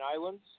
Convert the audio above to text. Islands